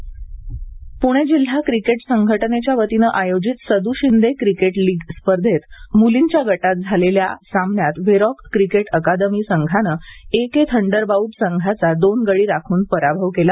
cricket league Pune जिल्हा cricket संघटनेच्या वतीने आयोजित सदू शिंदे क्रिकेट लीग स्पर्धेत मुलींच्या गटात आज झालेल्या सामन्यात व्हेरॉक क्रिकेट अकादमी संघाने ए के थंडर बाउट संघाचा दोन गडी राखून पराभव केला